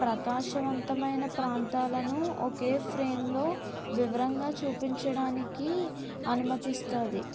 ప్రకాశవంతమైన ప్రాంతాలను ఒకే ఫ్రేమ్లో వివరంగా చూపించడానికి అనుమతిస్తుంది